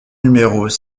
numéros